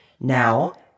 Now